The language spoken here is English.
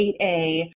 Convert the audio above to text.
8A